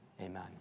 Amen